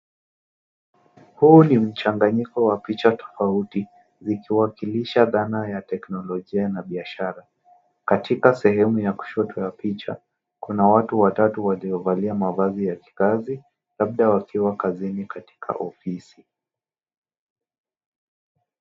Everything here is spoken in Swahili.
Huu ni mchanganyiko wa picha tofauti zikiwakilisha dhana ya teknolojia na biashara. Katika sehemu ya kushoto ya picha kuna watu watatu waliovalia mavazi ya kikazi labda wakiwa kazini katika ofisi.